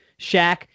Shaq